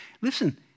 Listen